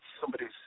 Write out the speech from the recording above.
somebody's –